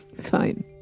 Fine